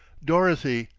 dorothy!